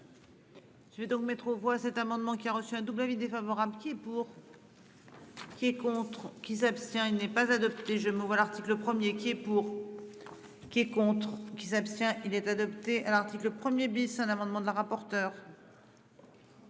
Je vais donc mettre aux voix cet amendement qui a reçu un double avis défavorable qui pour. Qui est contre qui s'abstient. Il n'est pas adopté, je me vois l'article 1er qui est pour. Qui est contre qui s'abstient il est adopté à l'article 1er bis, un amendement de la rapporteure.